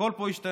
הכול פה ישתנה.